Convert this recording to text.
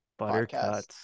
buttercuts